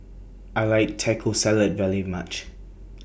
I like Taco Salad very much